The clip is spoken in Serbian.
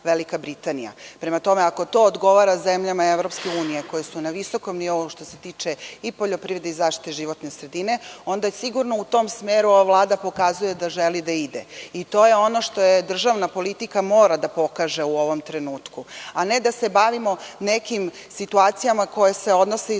Velika Britanija. Prema tome, ako to odgovara zemljama EU koje su na visokom nivou što se tiče i poljoprivrede i zaštite životne sredine, onda sigurno u tom smeru ova Vlada pokazuje da želi da ide. To je ono što državna politika mora da pokaže u ovom trenutku, a ne da se bavimo nekim situacijama koje se odnose